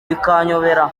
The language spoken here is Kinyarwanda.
bikanyobera